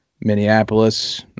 Minneapolis